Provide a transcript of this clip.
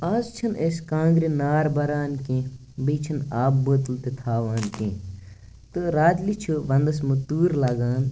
آز چھِنہٕ أسۍ کانٛگرِ نار بھَران کیٚنٛہہ بیٚیہِ چھِنہٕ آبہٕ بٲتل تہِ تھاوان کیٚنٛہہ تہٕ راتلہِ چھِ وَنٛدَس منٛز تۭر لَگان